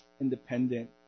independent